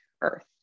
earth